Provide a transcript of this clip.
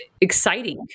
exciting